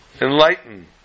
enlighten